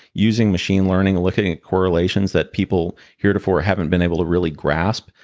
using machine-learning, looking at correlations that people heretofore haven't been able to really grasp?